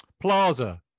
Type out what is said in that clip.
Plaza